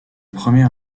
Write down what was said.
premier